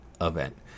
event